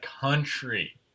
country